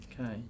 Okay